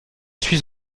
suis